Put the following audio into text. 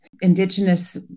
indigenous